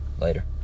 Later